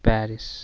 Paris